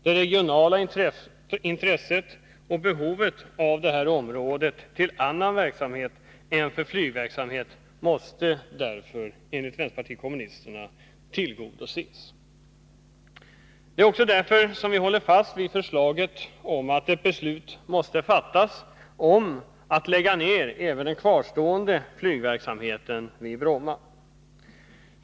Det regionala intresset och behovet av detta område för annan verksamhet än flygverksamhet måste därför enligt vänsterpartiet kommunisternas mening tillgodoses. Det är också därför som vi håller fast vid förslaget om att ett beslut fattas för att lägga ned även den kvarstående flygverksamheten vid Bromma.